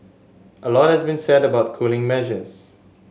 a lot has been said about cooling measures